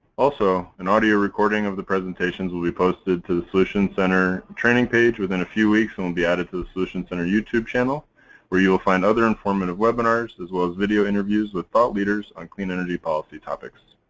also, an audio recording of the presentations will be posted to the solutions center training page within a few weeks and will be added to the solutions center youtube channel where you will find other informative webinars as well as video interviews with thought leaders on clean energy policy topics.